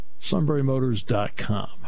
SunburyMotors.com